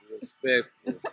respectful